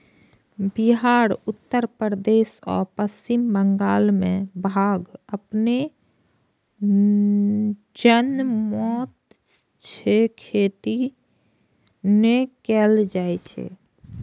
बिहार, उत्तर प्रदेश आ पश्चिम बंगाल मे भांग अपने जनमैत छै, खेती नै कैल जाए छै